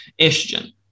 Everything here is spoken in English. estrogen